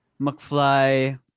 McFly